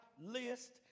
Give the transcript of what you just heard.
list